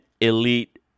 elite